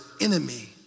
enemy